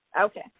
Okay